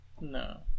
No